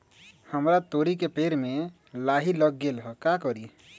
हमरा तोरी के पेड़ में लाही लग गेल है का करी?